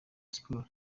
sport